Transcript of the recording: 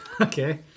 Okay